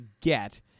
get